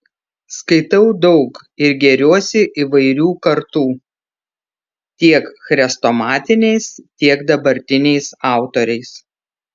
skaitau daug ir gėriuosi įvairių kartų tiek chrestomatiniais tiek dabartiniais autoriais